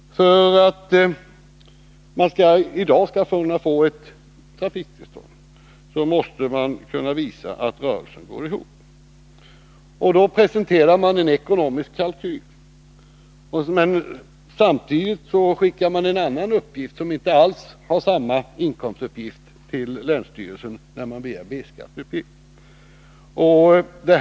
För att man i dag skall kunna få ett trafiktillstånd måste man kunna visa att rörelsen går ihop. Då presenterar man en ekonomisk kalkyl. Men samtidigt skickar man en annan uppgift, som inte alls innehåller samma inkomstuppgift, till länsstyrelsen när man begär att få betala B-skatt.